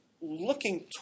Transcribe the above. looking